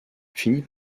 finit